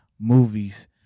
movies